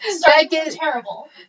Terrible